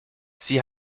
sie